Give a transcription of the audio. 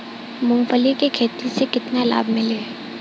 मूँगफली के खेती से केतना लाभ मिली?